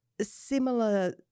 similar